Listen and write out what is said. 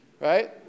Right